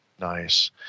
Nice